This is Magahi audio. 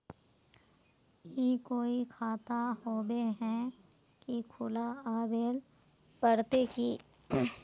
ई कोई खाता होबे है की खुला आबेल पड़ते की?